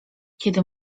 kiedy